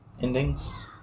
Endings